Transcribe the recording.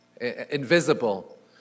invisible